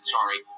Sorry